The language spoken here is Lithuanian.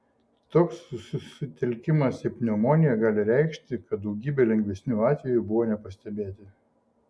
toks susitelkimas į pneumoniją gali reikšti kad daugybė lengvesnių atvejų buvo nepastebėti